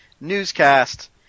newscast